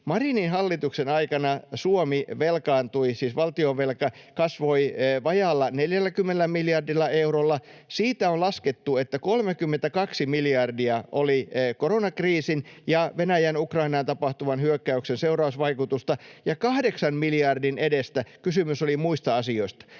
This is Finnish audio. Suomi velkaantui, siis valtionvelka kasvoi, vajaalla 40 miljardilla eurolla. On laskettu, että siitä 32 miljardia oli koronakriisin ja Venäjän Ukrainaan tapahtuvan hyökkäyksen seurausvaikutusta ja kahdeksan miljardin edestä kysymys oli muista asioista.